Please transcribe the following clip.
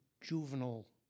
juvenile